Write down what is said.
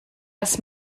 das